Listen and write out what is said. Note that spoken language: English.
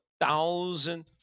thousand